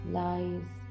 lies